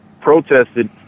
protested